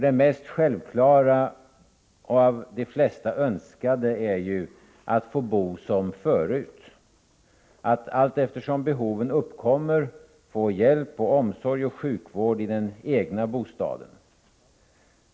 Det mest självklara och av de flesta mest önskade är ju att få bo som förut, att allteftersom behov uppkommer få hjälp, omsorg och sjukvård i den egna bostaden.